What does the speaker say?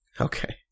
okay